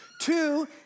Two